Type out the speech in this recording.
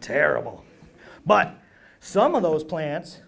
terrible but some of those plant